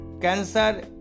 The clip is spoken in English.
cancer